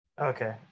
Okay